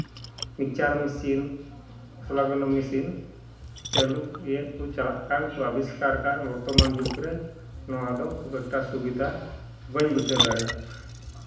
mixture machine ᱢᱚᱥᱞᱟ ᱵᱮᱱᱟᱣ machine ᱪᱟᱹᱞᱩ ᱤᱭᱟᱹᱜ ᱠᱚ ᱪᱟᱞᱟᱜ ᱠᱟᱱ ᱠᱚ ᱟᱹᱵᱤᱥᱠᱟᱨ ᱠᱟᱜ ᱵᱚᱨᱛᱚᱢᱟᱱ ᱡᱩᱜᱽ ᱨᱮ ᱱᱚᱣᱟᱫᱚ ᱠᱷᱩᱵ ᱮᱠᱴᱟ ᱥᱩᱵᱤᱫᱷᱟ ᱵᱟᱹᱧ ᱵᱩᱡᱷᱟᱹᱣ ᱫᱟᱲᱮᱭᱟᱜ ᱠᱟᱱᱟ